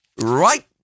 right